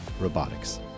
Robotics